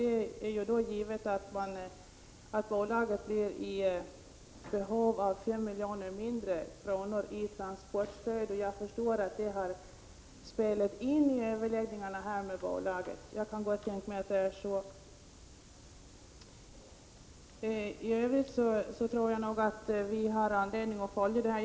Det är då givet att bolaget blir i behov av 5 milj.kr. mindre i transportstöd. Jag kan gott tänka mig att det har spelat in vid överläggningarna med bolaget. I övrigt anser jag att vi har anledning att följa detta.